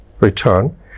return